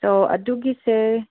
ꯁꯣ ꯑꯗꯨꯒꯤꯁꯦ